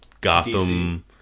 Gotham